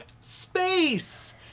space